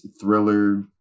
thriller